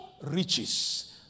riches